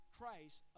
Christ